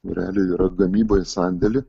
realiai yra gamyba į sandėlį